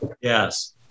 yes